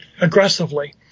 aggressively